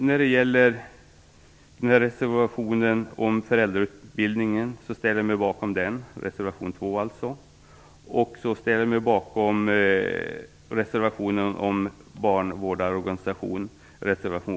När det sedan gäller reservation 2 om föräldrautbildning ställer jag mig bakom den. Vidare ställer jag mig bakom reservation 7 om barnvårdarorganisationen.